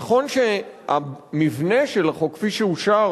נכון שהמבנה של החוק כפי שאושר,